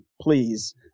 Please